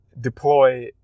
deploy